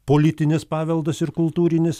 politinis paveldas ir kultūrinis